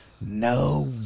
No